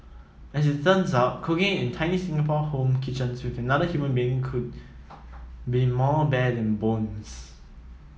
as it turns out cooking in tiny Singapore home kitchens with another human being could be more bane than boons